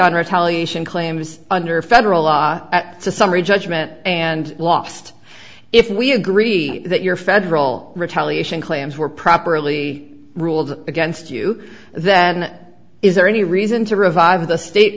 on retaliation claims under federal law at the summary judgment and lost if we agree that your federal retaliating claims were properly ruled against you then is there any reason to revive the state